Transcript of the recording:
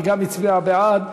היא גם הצביעה בעד.